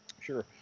Sure